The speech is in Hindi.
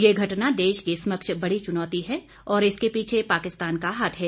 यह घटना देश के समक्ष बड़ी चुनौती है और इसके पीछे पाकिस्तान का हाथ है